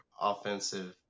offensive